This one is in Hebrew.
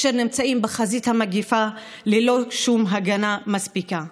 אשר נמצאים בחזית המגפה ללא שום הגנה מספיקה,